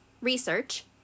research